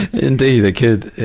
indeed. the kid,